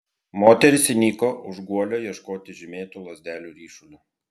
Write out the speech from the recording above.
moteris įniko už guolio ieškoti žymėtų lazdelių ryšulio